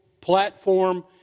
platform